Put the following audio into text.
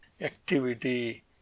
Activity